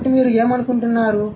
కాబట్టి మీరు ఏమనుకుంటున్నారు